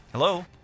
Hello